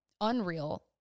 unreal